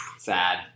Sad